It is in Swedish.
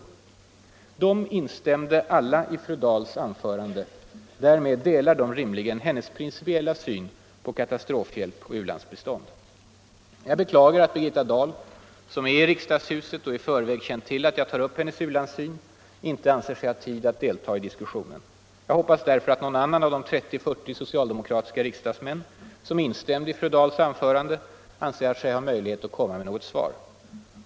De instämde alla i fru Dahls anförande. Därmed delar de rimligen hennes principiella syn på katastrofhjälp och u-landsbistånd. Jag beklagar att Birgitta Dahl, som är i riksdagshuset och i förväg känt till att jag nu tar upp hennes u-landssyn, inte anser sig ha tid att delta i diskussionen. Jag hoppas därför att någon annan av de 30-40 socialdemokratiska riksdagsmän som instämde i fru Dahls anförande anser sig ha möjlighet att komma med något svar.